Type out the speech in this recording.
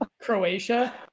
Croatia